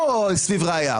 לא סביב ראיה,